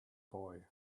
boy